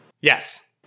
yes